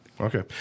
Okay